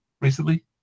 Recently